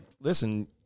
listen